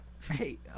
Hey